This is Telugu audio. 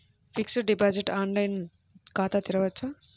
ఫిక్సడ్ డిపాజిట్ ఆన్లైన్ ఖాతా తెరువవచ్చా?